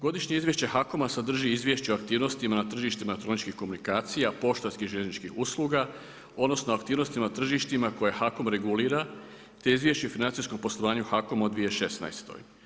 Godišnje izvješće HAKOM-a sadrži izvješće aktivnostima na tržištima elektroničkih komunikacijama, poštarskih željezničkih usluga, odnosno, aktivnostima tržištima koje HAKOM regulira, te izvješća o financijskom poslovanju HAKOM u 2016.